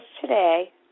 today